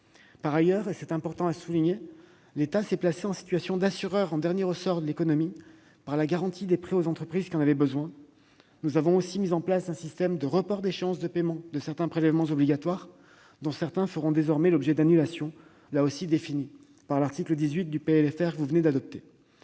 Par ailleurs, l'État s'est placé en situation d'assureur en dernier ressort de l'économie par la garantie des prêts aux entreprises qui en avaient besoin ; nous avons également mis en place un système de report d'échéances de paiement de prélèvements obligatoires, dont certains feront désormais l'objet d'annulations définies par l'article 18 du PLFR que vous venez d'adopter.